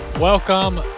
Welcome